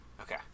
Okay